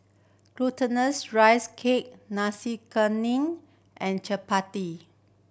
Glutinous Rice Cake Nasi Kuning and chappati